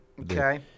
Okay